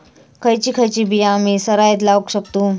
खयची खयची बिया आम्ही सरायत लावक शकतु?